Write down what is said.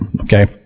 Okay